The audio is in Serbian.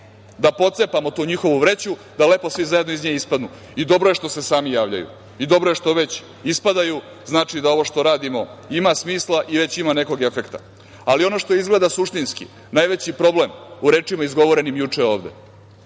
da pocepamo tu njihovu vreću, da lepo svi zajedno iz nje ispadnu. Dobro je što se sami javljaju. Dobro je što već ispadaju. Znači da ovo što radimo ima smisla i već ima nekog efekta. Ali, ono što je izgleda suštinski najveći problem u rečima izgovorenim juče ovde,